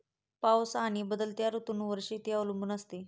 पाऊस आणि बदलत्या ऋतूंवर शेती अवलंबून असते